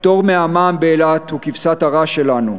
הפטור מהמע"מ באילת הוא כבשת הרש שלנו.